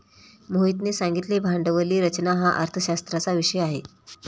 मोहितने सांगितले भांडवली रचना हा अर्थशास्त्राचा विषय आहे